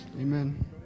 Amen